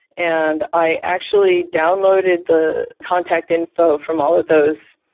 and i actually downloaded the contact info from all of those,